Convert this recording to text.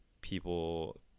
people